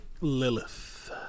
Lilith